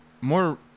more